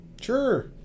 Sure